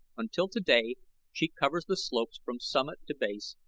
until today she covers the slopes from summit to base,